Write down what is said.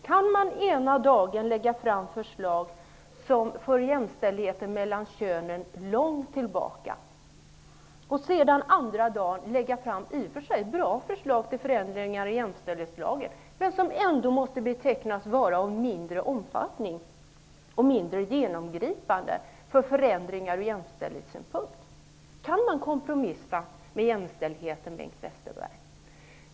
Kan man den ena dagen lägga fram förslag som för jämställdheten mellan könen långt tillbaka i tiden och sedan den andra dagen lägga fram, i och för sig bra, förslag till förändringar i jämställdhetslagen som ändå måste betecknas vara av mindre omfattning och av mindre genomgripande art? Kan man kompromissa med jämställdheten, Bengt Westerberg?